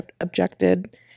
objected